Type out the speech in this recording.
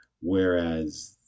Whereas